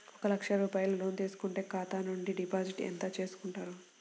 ఒక లక్ష రూపాయలు లోన్ తీసుకుంటే ఖాతా నుండి డిపాజిట్ ఎంత చేసుకుంటారు?